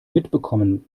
mitbekommen